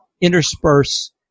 intersperse